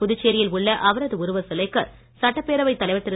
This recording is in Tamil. புதுச்சேரியில் உள்ள அவரது திருவுருவச் சிலைக்கு சட்டப்பேரவைத் தலைவர் திரு